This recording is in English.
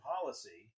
policy